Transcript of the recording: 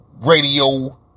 radio